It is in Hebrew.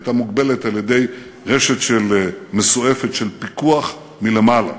היא הייתה מוגבלת על-ידי רשת מסועפת של פיקוח מלמעלה.